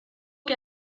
que